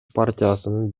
партиясынын